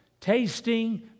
tasting